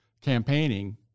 campaigning